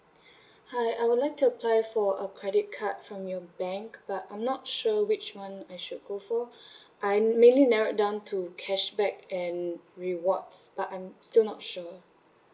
hi I would like to apply for a credit card from your bank but I'm not sure which one I should go for I mainly narrowed down to cashback and rewards but I'm still not sure